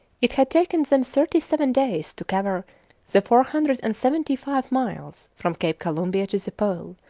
it had taken them thirty-seven days to cover the four hundred and seventy-five miles from cape columbia to the pole,